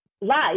life